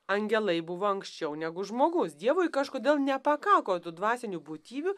angelai buvo anksčiau negu žmogus dievui kažkodėl nepakako tų dvasinių būtybių